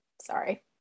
Sorry